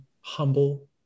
humble